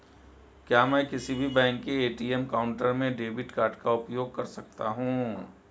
क्या मैं किसी भी बैंक के ए.टी.एम काउंटर में डेबिट कार्ड का उपयोग कर सकता हूं?